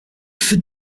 feu